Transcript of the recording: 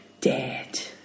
dead